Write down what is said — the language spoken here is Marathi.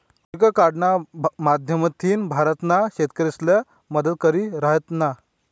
आरोग्य कार्डना माध्यमथीन भारतना शेतकरीसले मदत करी राहिनात